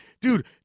dude